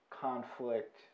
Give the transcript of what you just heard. conflict